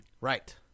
Right